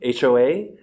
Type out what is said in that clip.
HOA